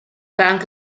punk